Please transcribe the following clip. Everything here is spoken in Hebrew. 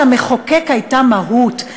למחוקק הייתה מהות,